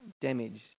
damage